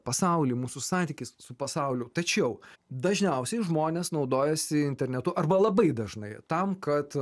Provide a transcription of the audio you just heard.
pasaulį mūsų santykį su pasauliu tačiau dažniausiai žmonės naudojasi internetu arba labai dažnai tam kad